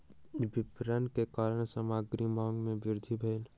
विपरण के कारण सामग्री मांग में वृद्धि भेल